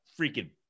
freaking